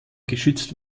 geschützt